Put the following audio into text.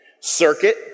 Circuit